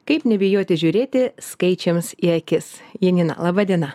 kaip nebijoti žiūrėti skaičiams į akis janina laba diena